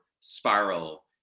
spiral